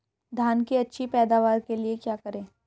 धान की अच्छी पैदावार के लिए क्या करें?